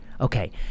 Okay